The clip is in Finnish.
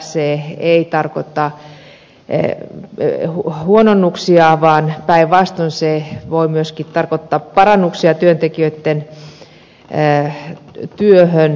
se ei tarkoita huononnuksia vaan päinvastoin se voi myöskin tarkoittaa parannuksia työntekijöitten työhön